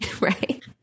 Right